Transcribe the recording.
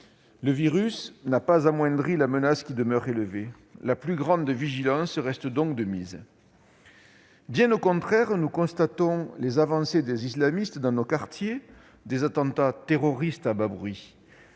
Le virus n'a pas amoindri la menace, laquelle demeure élevée. La plus grande vigilance reste donc de mise. Bien au contraire, nous constatons les avancées des islamistes dans nos quartiers, des attentats terroristes à bas bruit.